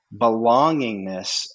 belongingness